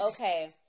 okay